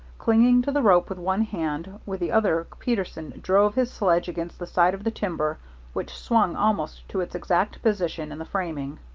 clinging to the rope with one hand, with the other peterson drove his sledge against the side of the timber which swung almost to its exact position in the framing.